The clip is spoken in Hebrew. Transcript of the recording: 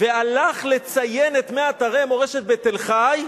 והלך לציין את 100 אתרי מורשת בתל-חי,